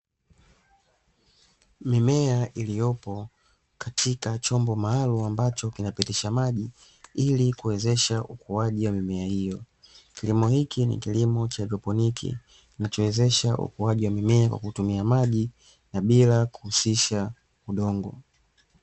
Mimea iliyopo katika chombo maalumu ambacho kinapitisha maji ili kuwezesha ukuaji wa mimea hiyo, kilimo hiki ni kilimo ch haidroponi kinachowezesha ukuaji wa mimea kwa kutumia maji na bila kuhusisha udongo.